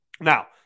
now